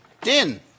din